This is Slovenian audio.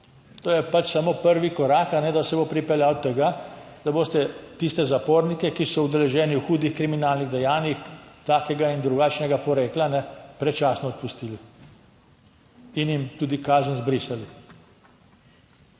to je pač samo prvi korak, da se bo pripeljal do tega, da boste tiste zapornike, ki so udeleženi v hudih kriminalnih dejanjih takega in drugačnega porekla, predčasno odpustili in jim tudi kazen zbrisali.